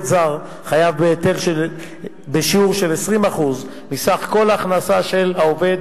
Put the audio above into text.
זר חייב בהיטל בשיעור של 20% מסך כל ההכנסה של העובד